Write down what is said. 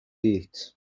eat